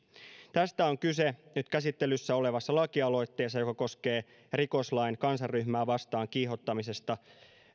tästä on kyse nyt käsittelyssä olevassa lakialoitteessa joka koskee rikoslain kansanryhmää vastaan kiihottamisesta